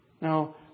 Now